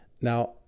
Now